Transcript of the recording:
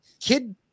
kid